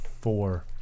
four